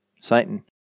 Satan